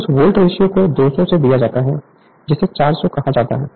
तो उस volt ratio को 200 से दिया जाता है जिसे 400 कहा जाता है